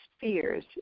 fears